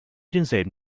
denselben